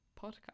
podcast